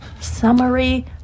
summary